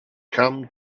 come